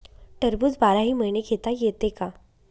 टरबूज बाराही महिने घेता येते का?